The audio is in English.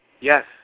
Yes